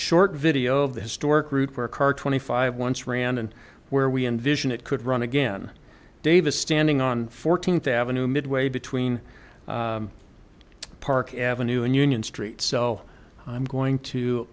short video of the historic route for a car twenty five once ran and where we envision it could run again davis standing on fourteenth avenue midway between park avenue and union street so i'm going to